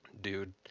dude